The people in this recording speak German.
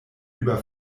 über